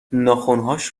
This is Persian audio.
ناخنهاش